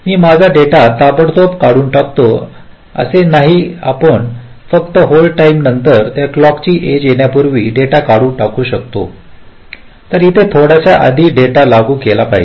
मी माझा डेटा ताबडतोब काढून टाकतो असे नाही आपण फक्त होल्ड टाईम नंतर आणि क्लॉक ची एज येण्यापूर्वी डेटा काढून टाकू शकता आपण थोडासा आधी डेटा लागू केला पाहिजे